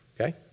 Okay